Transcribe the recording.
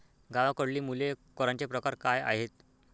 गावाकडली मुले करांचे प्रकार काय आहेत?